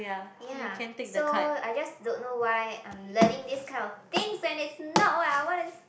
ya so I just don't know why I'm learning this kind of things when it's not what I want to